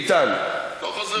לא חוזר בי.